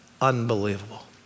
unbelievable